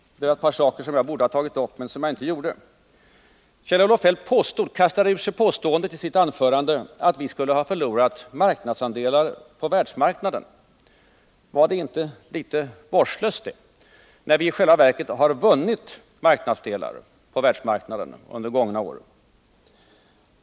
Det innehöll ett par saker som jag borde ha tagit upp redan tidigare. Kjell-Olof Feldt kastade i sitt anförande ur sig påståendet att vi skulle ha förlorat marknadsandelar på världsmarknaden. Var inte det litet vårdslöst? I själva verket har vi ju under de gångna åren vunnit marknadsandelar på världsmarknaden. Jag skall bara ge ett exempel.